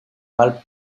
mal